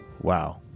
wow